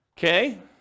Okay